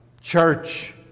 Church